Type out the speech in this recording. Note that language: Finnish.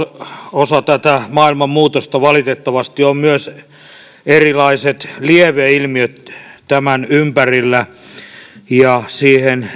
osa tätä maailman muutosta valitettavasti ovat myös erilaiset lieveilmiöt tämän ympärillä ja siihen